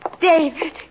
David